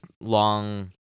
long